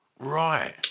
Right